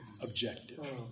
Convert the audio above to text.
objective